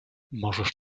możesz